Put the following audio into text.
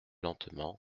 lentement